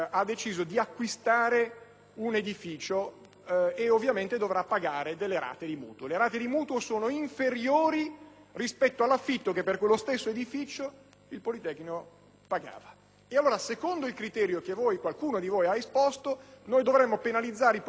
un edificio e, ovviamente, dovrà pagare delle rate di mutuo che, però, sono inferiori rispetto all'affitto che per quello stesso edificio il Politecnico pagava. Ebbene, secondo il criterio che qualcuno di voi ha esposto dovremmo penalizzare il Politecnico perché ha